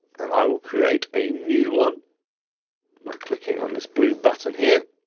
and i will create a new one by clicking on this blue button here.